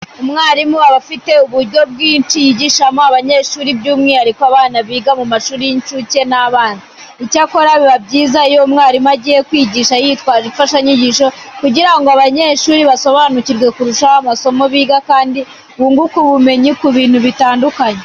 Umwarimu aba afite uburyo bwinshi yigishamo abanyeshuri by'umwihariko abana biga mu mashuri y'incuke n'abanza. Icyakora biba byiza iyo umwarimu agiye kwigisha yitwaje imfashanyigisho kugira abanyeshuri basobanukirwe kurushaho amasomo biga kandi bunguke ubumenyi ku bintu bitandukanye.